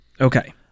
Okay